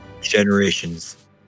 generations